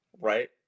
right